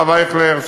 הרב אייכלר,